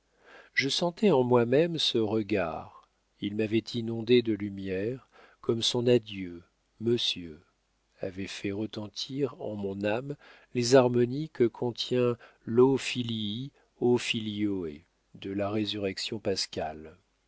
je sentais en moi-même ce regard il m'avait inondé de lumière comme son adieu monsieur avait fait retentir en mon âme les harmonies que contient l'o filii ô filiæ de la résurrection paschale